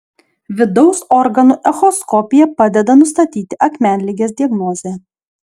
vidaus organų echoskopija padeda nustatyti akmenligės diagnozę